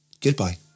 Goodbye